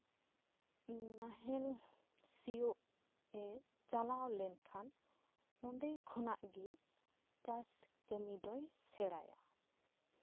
ᱱᱟᱦᱮᱞ ᱥᱤᱭᱳᱜ ᱮ ᱪᱟᱞᱟᱣ ᱞᱮᱱᱠᱷᱟᱱ ᱚᱸᱰᱮ ᱠᱷᱚᱱᱟᱜ ᱜᱮ ᱪᱟᱥ ᱠᱟᱹᱢᱤ ᱫᱚᱭ ᱥᱮᱬᱟᱭᱟ